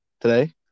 Today